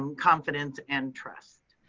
um confidence and trust.